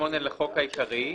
לחוק העיקרי,